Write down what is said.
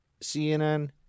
CNN